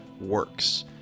works